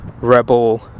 rebel